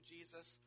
Jesus